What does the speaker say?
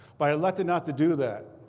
but i elected not to do that,